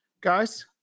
guys